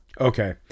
Okay